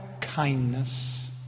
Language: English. kindness